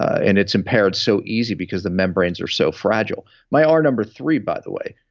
and it's impaired so easy because the membranes are so fragile my r number three, by the way,